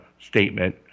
statement